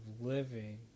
living